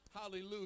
Hallelujah